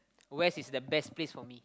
west is the best place for me